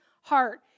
heart